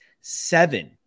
seven